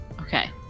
Okay